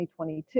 2022